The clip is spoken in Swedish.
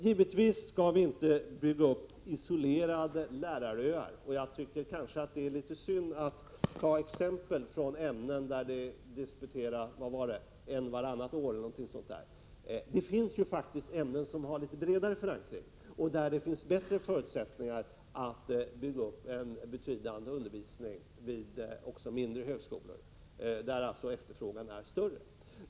Givetvis skall vi inte bygga upp isolerade läraröar. Det är kanske synd att ta exempel från ämnen där en person disputerar vartannat år —- det finns ju faktiskt ämnen som har bredare förankring och där man har bättre förutsättningar för att bygga upp en betydande undervisning också vid mindre högskolor därför att efterfrågan är större.